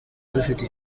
dufite